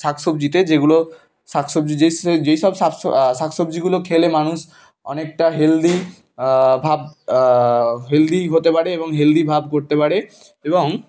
শাকসবজিতে যেগুলো শাকসবজি যেই সেই যেইসব শাকসব শাকসবজিগুলো খেলে মানুষ অনেকটা হেলদি ভাব হেলদি হতে পারে এবং হেলদি ভাব করতে পারে এবং